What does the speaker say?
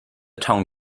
town